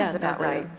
about right.